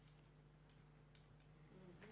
טל.